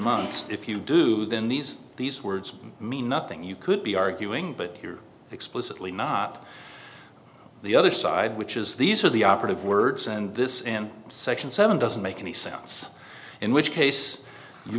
months if you do then these these words mean nothing you could be arguing but you're explicitly not the other side which is these are the operative words and this in section seven doesn't make any sense in which case you